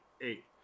Eight